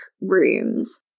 rooms